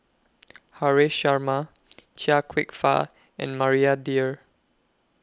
Haresh Sharma Chia Kwek Fah and Maria Dyer